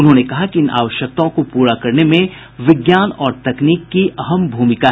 उन्होंने कहा कि इन आवश्यकताओं को पूरा करने में विज्ञान और तकनीक की अहम भूमिका है